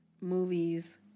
movies